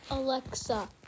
Alexa